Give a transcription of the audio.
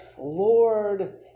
Lord